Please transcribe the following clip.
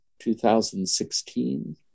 2016